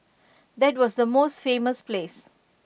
that was the most famous place